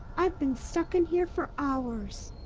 i've been stuck in here for hours!